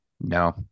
no